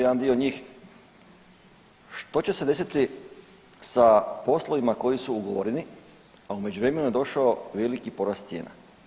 Jedan dio njih, što će se desiti sa poslovima koji su ugovoreni, a u međuvremenu je došao veliki porast cijena?